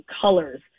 colors